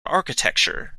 architecture